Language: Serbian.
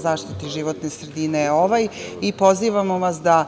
zaštiti životne sredine je ovaj. Pozivamo vas da